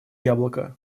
яблоко